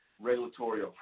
regulatory